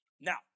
Now